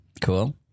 Cool